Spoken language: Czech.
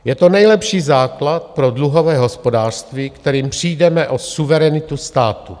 Je to nejlepší základ pro dluhové hospodářství, kterým přijdeme o suverenitu státu.